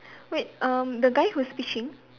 wait um the guy who is fishing